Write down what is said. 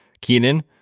Keenan